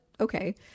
okay